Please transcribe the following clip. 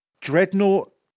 Dreadnought